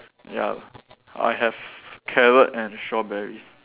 ya I have carrot and strawberries